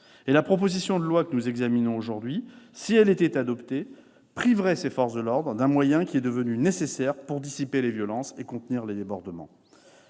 Or la proposition de loi que nous examinons aujourd'hui, si elle était adoptée, priverait ces forces de l'ordre d'un moyen devenu nécessaire pour dissiper les violences et contenir les débordements.